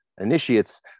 Initiates